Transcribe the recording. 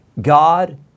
God